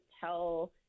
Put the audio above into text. tell